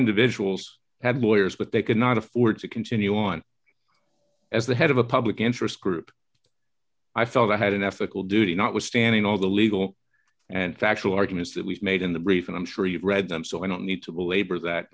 individuals had lawyers but they could not afford to continue on as the head of a public interest group i felt i had an african duty notwithstanding all the legal and factual arguments that we've made in the brief and i'm sure you've read them so i don't need to belabor that